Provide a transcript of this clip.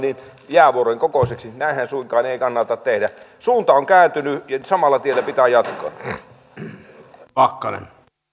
jäävuoren kokoiseksi näinhän suinkaan ei ei kannata tehdä suunta on kääntynyt ja samalla tiellä pitää jatkaa